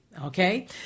Okay